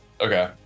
Okay